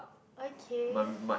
okay